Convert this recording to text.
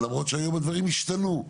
למרות שהיום הדברים השתנו.